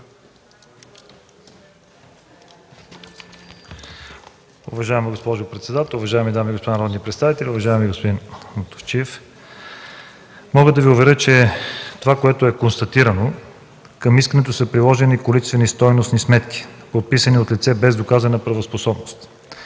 Уважаема госпожо председател, уважаеми дами и господа народни представители, уважаеми господин Мутафчиев! Мога да Ви уверя, че това, което е констатирано, е, че към искането са приложени количествено-стойностни сметки, подписани от лице без доказана правоспособност.